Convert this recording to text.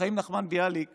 חיים נחמן ביאליק